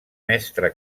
mestre